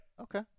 Okay